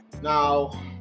Now